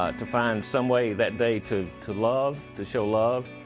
ah to find some way that they, to to love, to show love.